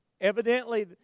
evidently